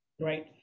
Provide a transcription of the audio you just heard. right